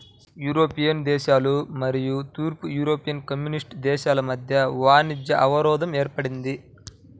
European దేశాలు మరియు తూర్పు యూరోపియన్ కమ్యూనిస్ట్ దేశాల మధ్య వాణిజ్య అవరోధం ఏర్పడింది